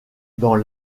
dans